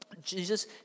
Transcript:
Jesus